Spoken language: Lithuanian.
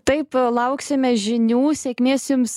taip lauksime žinių sėkmės jums